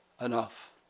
enough